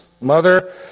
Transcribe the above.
Mother